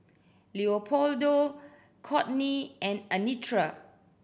Leopoldo Kortney and Anitra